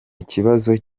ikibazo